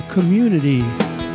Community